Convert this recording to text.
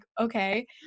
okay